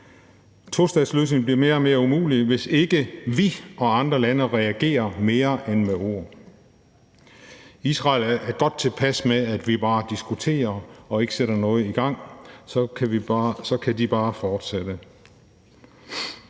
tostatsløsning bliver mere og mere umulig, hvis ikke vi og andre lande reagerer med mere end ord. Israel er godt tilpas med, at vi bare diskuterer og ikke sætter noget i gang; så kan de bare fortsætte.